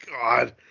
God